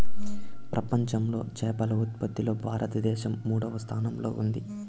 ప్రపంచంలో చేపల ఉత్పత్తిలో భారతదేశం మూడవ స్థానంలో ఉంది